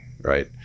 right